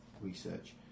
research